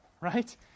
right